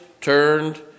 turned